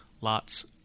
lots